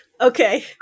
Okay